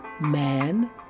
man